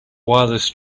wireless